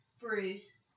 bruise